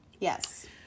Yes